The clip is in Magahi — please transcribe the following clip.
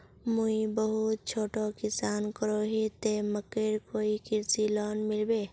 मुई बहुत छोटो किसान करोही ते मकईर कोई कृषि लोन मिलबे?